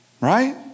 right